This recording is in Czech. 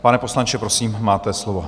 Pane poslanče, prosím, máte slovo.